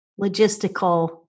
logistical